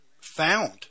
found